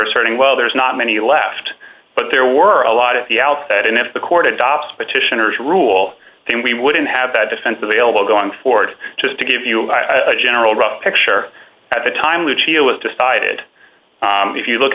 asserting well there's not many left but there were a lot at the outset and if the court adopts petitioner's rule then we wouldn't have that defense available going forward just to give you a general rough picture at the time lucido is decided if you look